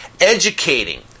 educating